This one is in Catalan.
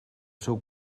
seu